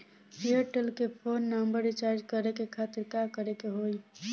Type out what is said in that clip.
Airtel के phone number recharge करे के खातिर का करे के होई?